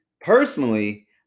personally